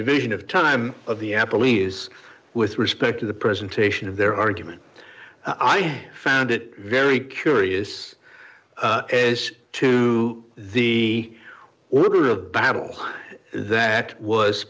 division of time of the apple ease with respect to the presentation of their argument i've found it very curious as to the order of battle that was